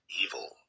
evil